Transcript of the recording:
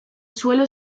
suelo